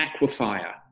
aquifer